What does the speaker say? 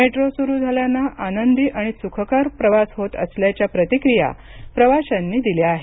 metro सुरू झाल्यानं आनंदी आणि सुखकर प्रवास होत असल्याच्या प्रतिक्रिया प्रवाशांनी दिल्या आहेत